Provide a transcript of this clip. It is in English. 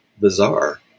bizarre